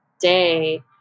Day